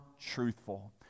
truthful